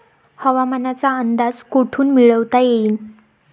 हवामानाचा अंदाज कोठून मिळवता येईन?